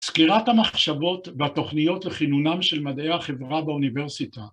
‫סקירת המחשבות והתוכניות ‫לכינונם של מדעי החברה באוניברסיטה.